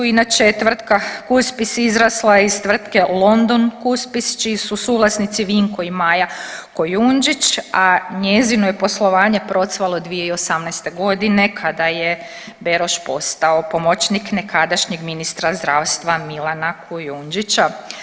Inače je tvrtka Kuspis izrasla iz tvrtke London Kuspis čiji su suvlasnici Vinko i Maja Kujundžić, a njezino je poslovanje procvalo 2018. godine kada je Beroš postao pomoćnik nekadašnjeg ministra zdravstva Milana Kujundžića.